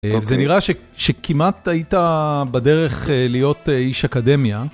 זה נראה שכמעט היית בדרך להיות איש אקדמיה.